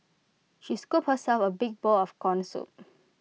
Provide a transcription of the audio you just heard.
she scooped herself A big bowl of Corn Soup